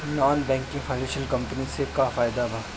Non banking financial company से का फायदा बा?